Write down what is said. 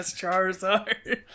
Charizard